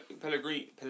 Pellegrini